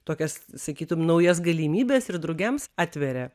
tokias sakytum naujas galimybes ir drugiams atveria